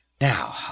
Now